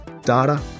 data